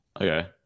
Okay